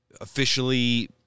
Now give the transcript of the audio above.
officially